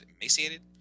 emaciated